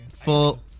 Full